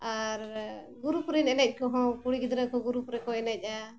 ᱟᱨ group ᱨᱮᱱ ᱮᱱᱮᱡ ᱠᱚᱦᱚᱸ ᱠᱩᱲᱤ ᱜᱤᱫᱽᱨᱟᱹ ᱠᱚ ᱜᱨᱩᱯ ᱨᱮᱠᱚ ᱮᱱᱮᱡᱼᱟ